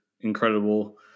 incredible